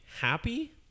happy